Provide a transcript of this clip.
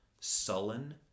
sullen